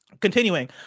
Continuing